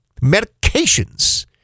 medications